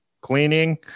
cleaning